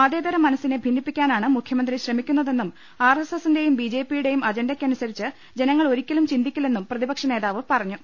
മതേതര മനസ്സിനെ ഭിന്നിപ്പിക്കാനാണ് മുഖ്യമന്ത്രി ശ്രമിക്കുന്നതെന്നും ആർ എസ് എസിന്റെയും ബി ജെ പിയുടെയും അജണ്ടയ്ക്കനുസരിച്ച് ജനങ്ങൾ ഒരിക്കലും ചിന്തിക്കില്ലെന്ന് പ്രതിപക്ഷനേതാവ് പറഞ്ഞു